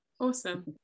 Awesome